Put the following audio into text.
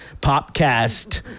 popcast